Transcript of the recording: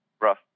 Russ